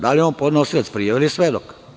Da li je on podnosilac prijave ili svedok?